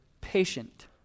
patient